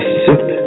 sip